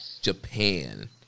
Japan